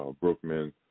Brookman